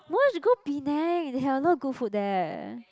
no you should go Penang they have a lot of good food there